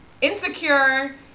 insecure